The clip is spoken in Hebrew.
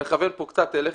אני מכוון פה קצת אליך